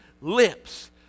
lips